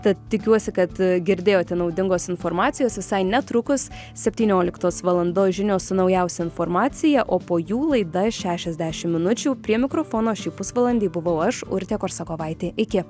tad tikiuosi kad girdėjote naudingos informacijos visai netrukus septynioliktos valandos žinios su naujausia informacija o po jų laida šešiasdešim minučių prie mikrofono šį pusvalandį buvau aš urtė korsakovaitė iki